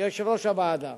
כיושב-ראש הוועדה,